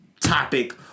topic